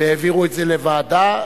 והעבירו אותו לוועדה.